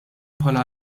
bħala